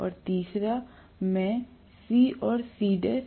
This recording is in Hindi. और तीसरा मैं C और Cl करने जा रहा हूंl